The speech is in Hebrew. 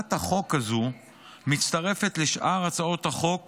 הצעת החוק הזאת מצטרפת לשאר הצעות החוק